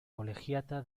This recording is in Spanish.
colegiata